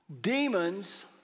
Demons